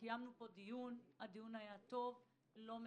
קיימנו פה דיון, הוא היה טוב אך לא מספק.